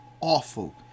awful